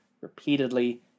repeatedly